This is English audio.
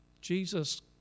Jesus